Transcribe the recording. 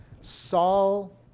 Saul